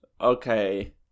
Okay